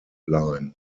line